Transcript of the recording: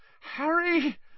Harry